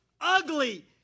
ugly